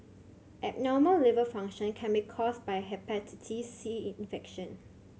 abnormal liver function can be caused by Hepatitis C infection